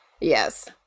Yes